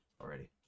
already